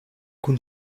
kun